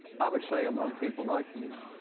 i would say among people like you,